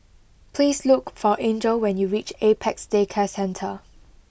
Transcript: please look for angel when you reach Apex Day Care Centre